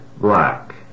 black